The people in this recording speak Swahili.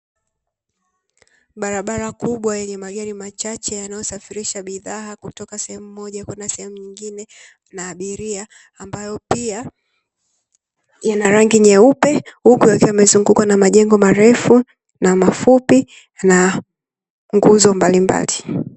Barabara kubwa yenye magari machache, yanayosafirisha bidhaa kutoka sehemu moja kwenda sehemu nyingine na abiria, ambayo pia yana rangi nyeupe, huku yakiwa yamezungukwa na majengo marefu na mafupi na nguzo mbalimbali.